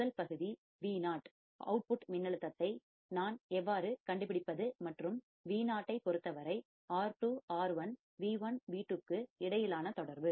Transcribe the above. முதல் பகுதி Vo வெளியீட்டு அவுட்புட் மின்னழுத்தத்தை வோல்டேஜ் voltage நான் எவ்வாறு கண்டுபிடிப்பது மற்றும் Vo ஐ பொருத்தவரை R2 R1 V1 V2 க்கு இடையிலான தொடர்பு